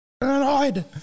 annoyed